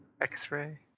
X-ray